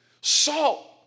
salt